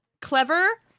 clever